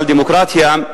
על דמוקרטיה,